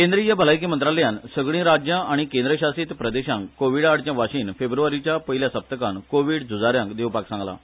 केंद्रीय भलायकी मंत्रालयान सगळीं राज्यां आनी केंद्रशासीत प्रदेशांक कोविडा आडचे वाशीन फेब्रुवारीच्या पयल्या सप्तकान कोवीड झुजा यांक दिवपाक सांगलां